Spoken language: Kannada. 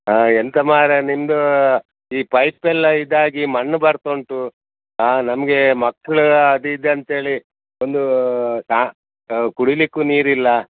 ಹಾಂ ಎಂತ ಮಾರ್ರೆ ನಿಮ್ಮದು ಈ ಪೈಪ್ ಎಲ್ಲ ಇದಾಗಿ ಮಣ್ಣು ಬರ್ತಾ ಉಂಟು ಹಾಂ ನಮಗೆ ಮಕ್ಕಳ ಅದು ಇದು ಅಂಥೇಳಿ ಒಂದು ತಾ ಕುಡಿಯಲಿಕ್ಕು ನೀರಿಲ್ಲ